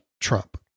Trump